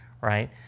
right